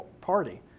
party